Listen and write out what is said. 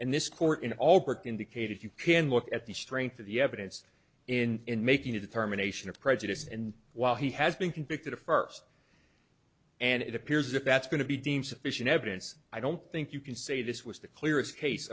and this court in all court indicated you can look at the strength of the evidence in making a determination of prejudice and while he has been convicted of first and it appears as if that's going to be deemed sufficient evidence i don't think you can say this was the clearest case